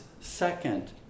second